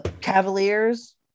Cavaliers